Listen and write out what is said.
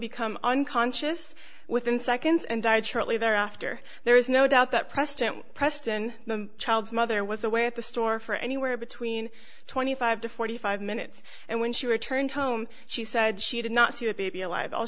become unconscious within seconds and died shortly thereafter there is no doubt that president preston the child's mother was away at the store for anywhere between twenty five to forty five minutes and when she returned home she said she did not see the baby alive all